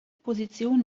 position